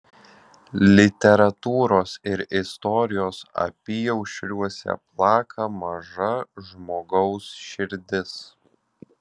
literatūros ir istorijos apyaušriuose plaka maža žmogaus širdis